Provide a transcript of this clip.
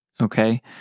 okay